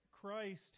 Christ